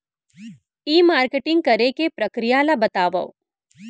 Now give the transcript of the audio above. ई marketing करे के प्रक्रिया ला बतावव?